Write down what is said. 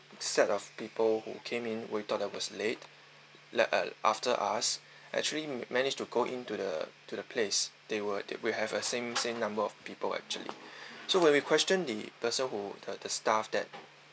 the set of people who came in we thought that was late like uh after us actually manage to go into the to the place they were we have a same same number of people actually so when we question the person who the the staff that